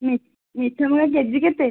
ମିଠା ମକା କେଜି କେତେ